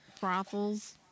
Brothels